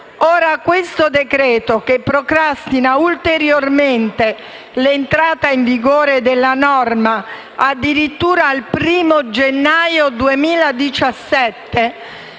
al nostro esame procrastina ulteriormente l'entrata in vigore della norma addirittura al 1° gennaio 2017,